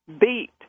beat